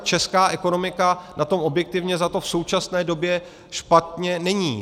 Česká ekonomika na tom objektivně vzato v současné době špatně není.